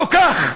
נא לסיים.